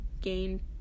gain